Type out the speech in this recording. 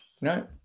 No